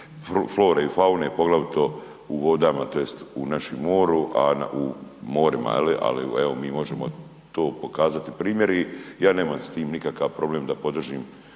flore i faune poglavito u vodama tj. u našem moru, u morima je li ali evo, mi možemo to pokazati i primjer, ja nemam s tim nikakav problem da podržimo